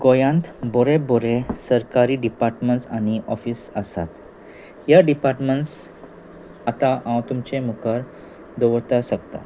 गोंयांत बोरे बोरे सरकारी डिपार्टमेंस आनी ऑफिस आसात ह्या डिपार्टमस आतां हांव तुमचे मुखार दवरपा शकता